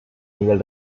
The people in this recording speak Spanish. nivel